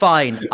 Fine